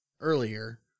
earlier